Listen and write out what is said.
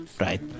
right